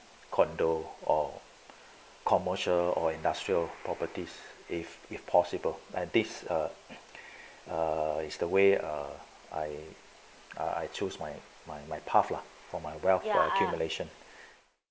condo or commercial or industrial properties if if possible like this uh is the way uh I I choose my my my path lah for my wealth accumulation